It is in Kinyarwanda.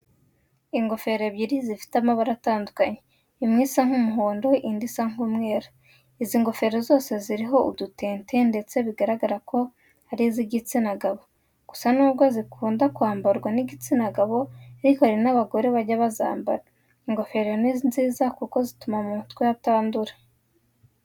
Ingofero ebyiri zifite amabara atandukanye, imwe isa nk'umuhondo indi isa nk'umweru. Izi ngofero zose ziriho udutente ndetse biragaragara ko ari iz'igitsina gabo. Gusa nubwo zikunda kwambarwa n'igitsina gabo ariko hari n'abagore bajya bazambara. Ingofero ni nziza kuko zituma mu mutwe hatandura.